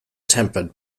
tempered